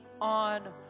on